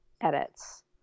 edits